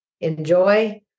enjoy